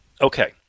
Okay